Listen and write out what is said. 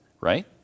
Right